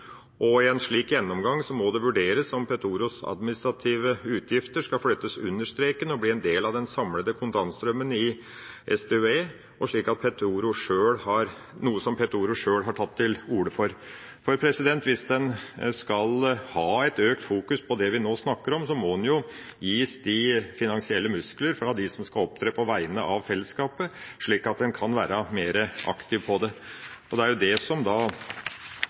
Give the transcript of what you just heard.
I en slik gjennomgang må det vurderes om Petoros administrative utgifter skal flyttes «under streken» og bli en del av den samlede kontantstrømmen i SDØE, noe Petoro sjøl har tatt til orde for. For hvis en skal ha et økt fokus på det vi nå snakker om, må en gis de finansielle muskler fra dem som skal opptre på vegne av fellesskapet, slik at en kan være mer aktiv. Det er det mindretallet har lagt vekt på, for å ivareta det som er den nye virkeligheten som